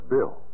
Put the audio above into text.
Bill